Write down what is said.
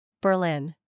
Berlin